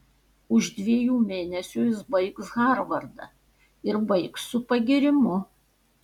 už dviejų mėnesių jis baigs harvardą ir baigs su pagyrimu